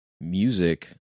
music